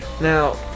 now